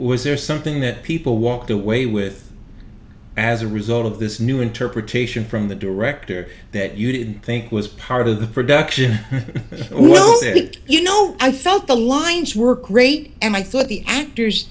was there something that people walked away with as a result of this new interpretation from the director that you didn't think was part of the production well that you know i felt the lines work great and i thought the actors